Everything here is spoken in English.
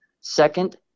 Second